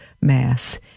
Mass